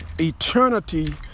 eternity